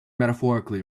metaphorically